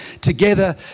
together